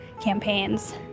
campaigns